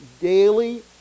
daily